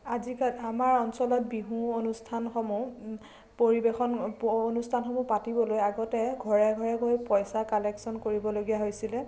আজি আমাৰ অঞ্চলত বিহু অনুষ্ঠানসমূহ পৰিৱেশন অনুষ্ঠানসমূহ পাতিবলৈ আগতে ঘৰে ঘৰে গৈ পইচা কালেকচন কৰিবলগীয়া হৈছিলে